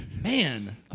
Man